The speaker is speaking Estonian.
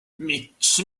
miks